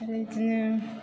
आरो बिदिनो